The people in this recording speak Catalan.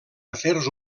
afers